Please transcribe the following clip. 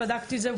בדקתי את זה.